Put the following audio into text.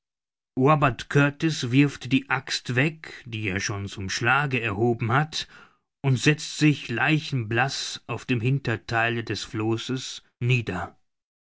robert kurtis wirft die axt weg die er schon zum schlage erhoben hat und setzt sich leichenblaß auf dem hintertheile des flosses nieder